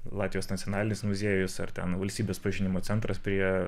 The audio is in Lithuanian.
latvijos nacionalinis muziejus ar ten valstybės pažinimo centras prie